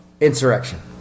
insurrection